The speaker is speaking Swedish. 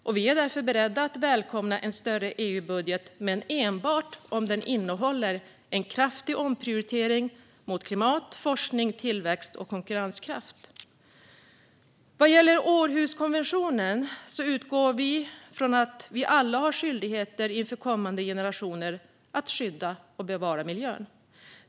Vi är därför beredda att välkomna en större EU-budget, men enbart om den innehåller en kraftig omprioritering mot klimat, forskning, tillväxt och konkurrenskraft. Liksom Århuskonventionen utgår vi från att vi alla har skyldigheter inför kommande generationer att skydda och bevara miljön.